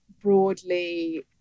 broadly